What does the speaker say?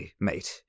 mate